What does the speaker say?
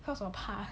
cause 我怕